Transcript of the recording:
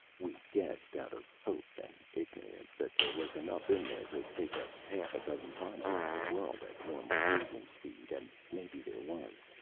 we guessed, out of hope and ignorance, that there was enough in there to take us half a dozen times around the world at normal cruising speed, and maybe there was.